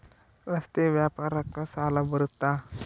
ರಸ್ತೆ ವ್ಯಾಪಾರಕ್ಕ ಸಾಲ ಬರುತ್ತಾ?